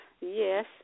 Yes